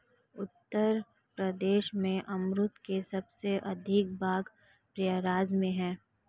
उत्तर प्रदेश में अमरुद के सबसे अधिक बाग प्रयागराज में है